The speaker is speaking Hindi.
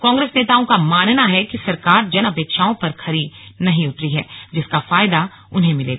कांग्रेस नेताओं का मानना है कि सरकार जन अपेक्षाओं पर खरी नहीं उतरी है जिसका फायदा उन्हें मिलेगा